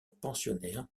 pensionnaire